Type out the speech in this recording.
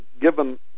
given